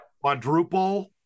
quadruple